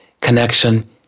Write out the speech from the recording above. connection